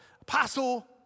apostle